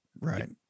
Right